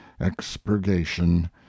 expurgation